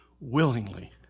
willingly